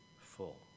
full